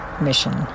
mission